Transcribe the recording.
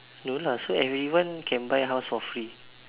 no lah so everyone can buy house for free